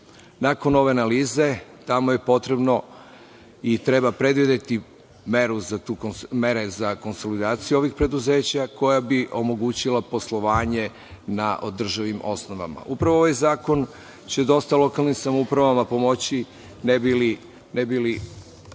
Nakon ove analize, tamo je potrebno i treba predvideti mere za konsolidaciju ovih preduzeća koja bi omogućila poslovanje na održivim osnovama. Upravo ovaj zakon će dosta lokalnim samoupravama pomoći, ne bi li